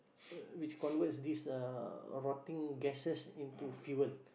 which converts these uh rotting gasses into fuel